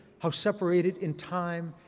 how separated in time,